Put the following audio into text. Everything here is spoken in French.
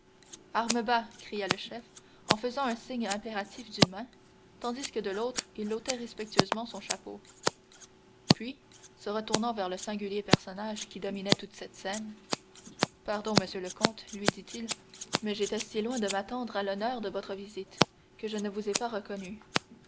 armes bas cria le chef en faisant un signe impératif d'une main tandis que de l'autre il ôtait respectueusement son chapeau puis se retournant vers le singulier personnage qui dominait toute cette scène pardon monsieur le comte lui dit-il mais j'étais si loin de m'attendre à l'honneur de votre visite que je ne vous ai pas reconnu